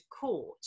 court